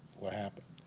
what happened.